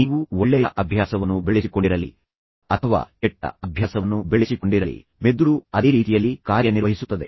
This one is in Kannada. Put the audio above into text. ನೀವು ಒಳ್ಳೆಯ ಅಭ್ಯಾಸವನ್ನು ಬೆಳೆಸಿಕೊಂಡಿರಲಿ ಅಥವಾ ಕೆಟ್ಟ ಅಭ್ಯಾಸವನ್ನು ಬೆಳೆಸಿಕೊಂಡಿರಲಿ ಮೆದುಳು ಅದೇ ರೀತಿಯಲ್ಲಿ ಕಾರ್ಯನಿರ್ವಹಿಸುತ್ತದೆ